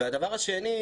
הדבר השני,